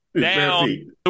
down